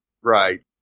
Right